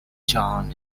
john